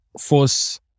force